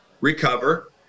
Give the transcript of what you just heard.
recover